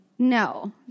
No